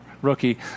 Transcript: rookie